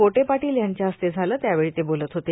पोटे पाटील यांच्या हस्ते झालं त्यावेळी ते बोलत होते